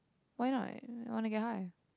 why not I wanna get high